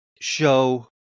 show